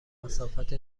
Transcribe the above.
مسافت